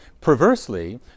perversely